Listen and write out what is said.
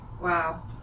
wow